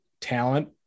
talent